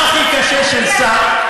הדבר הכי קשה של שר,